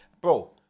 bro